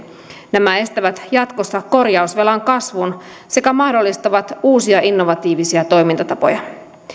nämä estävät jatkossa korjausvelan kasvun sekä mahdollistavat uusia innovatiivisia toimintatapoja